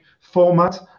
format